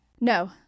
No